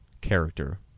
character